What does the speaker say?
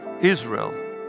Israel